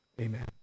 Amen